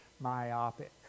myopic